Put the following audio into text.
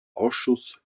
ausschuss